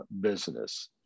business